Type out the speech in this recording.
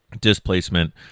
displacement